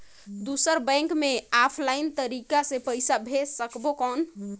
दुसर बैंक मे ऑफलाइन तरीका से पइसा भेज सकबो कौन?